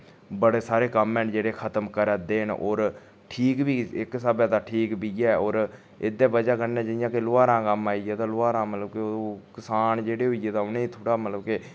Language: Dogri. बड़े सारें कम्म ने जेह्ड़े खत्म करा दे न होर ठीक बी इक स्हाबै तां ठीक बी ऐ होर एह्दे वजह कन्नै जियां कि लौहारां कम्म आई गेआ तां लौहारां मतलब कि ओह् किसान जेह्ड़े होई गे ते उ'नें थोह्ड़ा मतलब के